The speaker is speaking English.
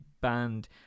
banned